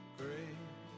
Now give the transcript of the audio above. great